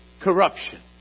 corruption